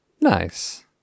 Nice